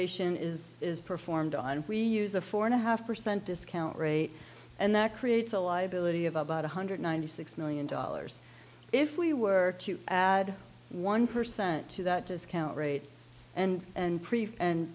on is is performed on we use a four and a half percent discount rate and that creates a liability of about one hundred ninety six million dollars if we were to add one percent to that discount rate and and